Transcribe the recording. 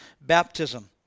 baptism